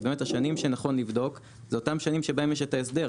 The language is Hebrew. אז באמת השנים שנכון לבדוק הן אותן שנים שבהן יש ההסדר.